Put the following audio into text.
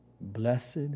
Blessed